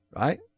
Right